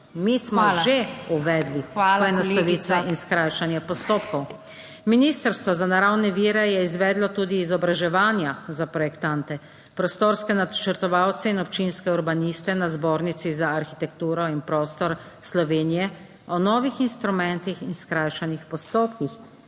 (PS Levica): ... in skrajšanje postopkov. Ministrstvo za naravne vire je izvedlo tudi izobraževanja za projektante, prostorske načrtovalce in občinske urbaniste na Zbornici za arhitekturo in prostor Slovenije o novih instrumentih in skrajšanih postopkih,